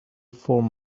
form